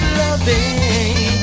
loving